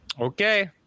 okay